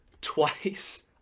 twice